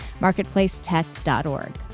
marketplacetech.org